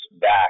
back